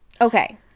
Okay